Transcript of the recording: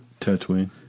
Tatooine